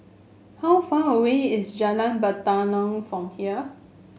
how far away is Jalan Batalong from here